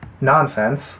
nonsense